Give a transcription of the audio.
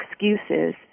excuses